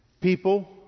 People